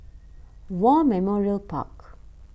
War Memorial Park